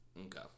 Okay